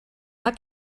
mae